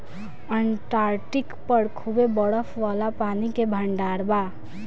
Antarctic पर खूबे बरफ वाला पानी के भंडार बा